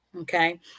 Okay